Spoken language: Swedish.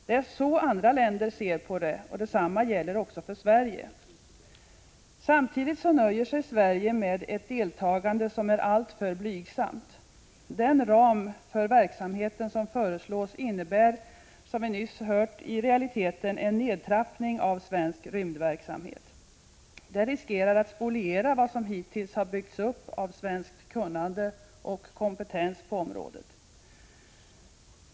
Det är så andra länder ser det, och detsamma gäller också för Sverige. Samtidigt nöjer sig Sverige med ett deltagande som är alltför blygsamt. Den ram för verksamheten som föreslås innebär i realiteten en nedtrappning av svensk rymdverksamhet. Man riskerar att spoliera vad som hittills har byggts upp av svenskt kunnande och kompetens på området.